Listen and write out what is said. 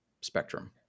spectrum